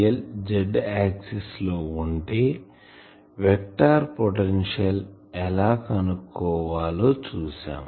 dl Z axis లో ఉంటే vector potential ఎలా కనుక్కోవాలో చూసాం